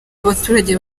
abaturage